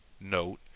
note